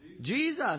Jesus